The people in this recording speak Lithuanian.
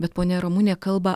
bet ponia ramunė kalba